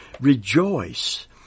Rejoice